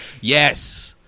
Yes